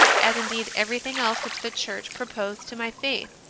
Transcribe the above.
as indeed everything else which the church proposed to my faith.